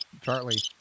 charlie